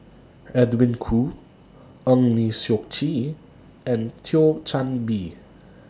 Edwin Koo Eng Lee Seok Chee and Thio Chan Bee